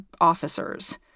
officers